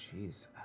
jeez